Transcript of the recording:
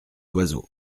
oiseau